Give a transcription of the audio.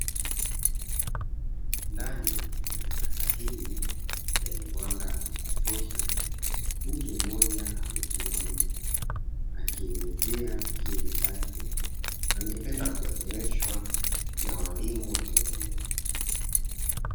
Ndani ya darasa hili lenye mwanga wa kutosha mtu mmoja amesimama, akielezea kile ambacho angependa kueleweshwa na walimu waliopo mbele.